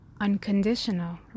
unconditional